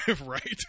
right